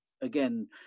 again